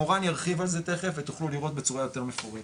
מורן ירחיב על זה תכף ותוכלו לראות בצורה יותר מפורטת.